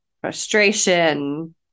frustration